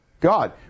God